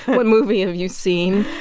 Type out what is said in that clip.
what movie have you seen?